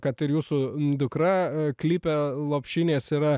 kad ir jūsų dukra klipe lopšinė save